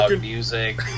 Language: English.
music